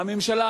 הממשלה,